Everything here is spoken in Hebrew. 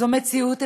זאת מציאות אפשרית.